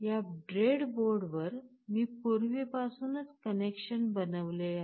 या ब्रेड बोर्डवर मी पूर्वीपासून च कनेक्शन बनवलेले आहे